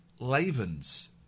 Laven's